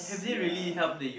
ya